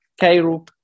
Cairo